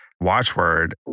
watchword